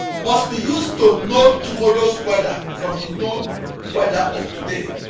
must be used to know tomorrow's weather from the known weather of today.